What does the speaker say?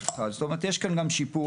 זאת אומרת שיש כאן גם שיפור.